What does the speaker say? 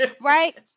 Right